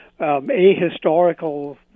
ahistorical